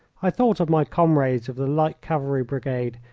i thought of my comrades of the light cavalry brigade,